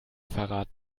verrat